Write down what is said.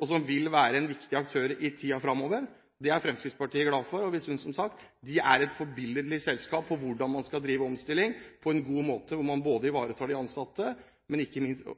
og som vil være, en viktig aktør i tiden fremover. Det er Fremskrittspartiet glad for, og vi synes, som sagt, det er et forbilledlig selskap når det gjelder å drive omstilling på en god måte, der man ivaretar både de ansattes